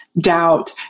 doubt